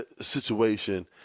situation